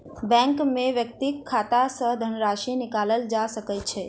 bank में व्यक्तिक खाता सॅ धनराशि निकालल जा सकै छै